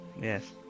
yes